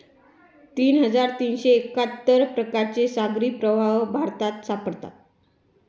तीन हजार तीनशे एक्काहत्तर प्रकारचे सागरी प्रवाह भारतात सापडतात